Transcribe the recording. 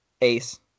ace